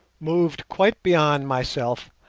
moved quite beyond myself,